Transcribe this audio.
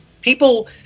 People